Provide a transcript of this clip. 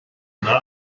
hwnna